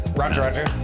Roger